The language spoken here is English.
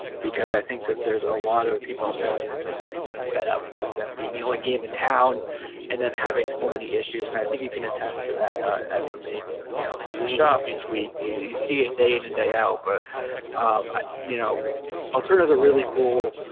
um because i think that there's a lot of people out there that are just getting kind of fed up with them being the only game in town and then having so many issues and i think you can attest to that everyone being you know in and the shop each week you you see it day in and day out but i you know i'll turn is a really cool